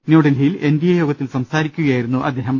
ന്യൂഡൽഹി യിൽ N D A യോഗത്തിൽ സംസാരിക്കുകയായിരുന്നു അദ്ദേഹം